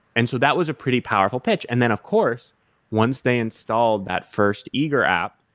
and so that was a pretty powerful pitch, and then of course once they installed that first eager app,